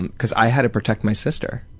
and because i had to protect my sister.